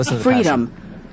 freedom